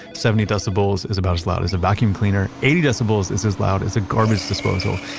seventy decibels is about as loud as a vacuum cleaner. eighty decibels is as loud as a garbage disposal.